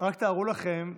רק תארו לכם,